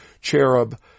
cherub